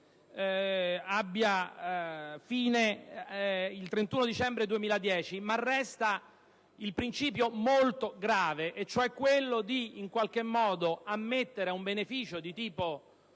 abbia fine il 31 dicembre 2010, ma resta un principio molto grave, ossia quello di ammettere in qualche modo